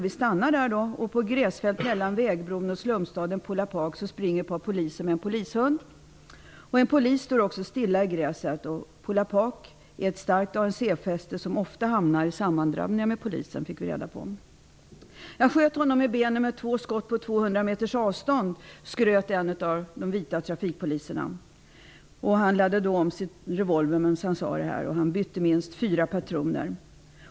Vi stannar, och på gräsfältet mellan vägbron och slumstaden Phola Park springer ett par poliser med en polishund. En polis står stilla i gräset. Phola Park är ett starkt ANC-fäste som ofta hamnar i sammandrabbningar med polisen, fick vi reda på. Jag sköt honom i benen med två skott på 200 meters avstånd, skryter den vite trafikpolisen, medan han laddar om sin revolver. Han byter minst fyra patroner.